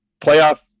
playoff